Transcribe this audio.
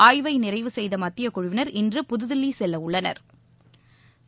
ஆய்வை நிறைவு செய்த மத்திய குழுவினா் இன்று புதுதில்லி செல்லவுள்ளனா்